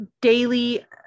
daily